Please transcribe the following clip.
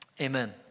Amen